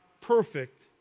perfect